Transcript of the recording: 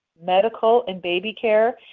medical, and baby care,